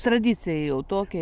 tradicija jau tokia